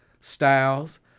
styles